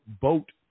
boat